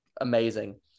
Amazing